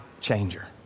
changer